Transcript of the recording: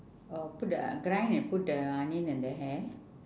oh put the grind and put the onion in the hair